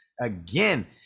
again